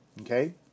Okay